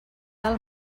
del